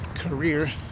Career